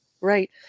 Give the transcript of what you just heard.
right